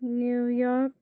New York